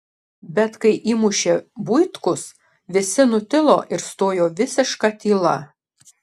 bet kai įmušė buitkus visi nutilo ir stojo visiška tyla